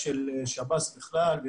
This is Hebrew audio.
אני מאוד מאוד שמח מצד אחד שהנושא הזה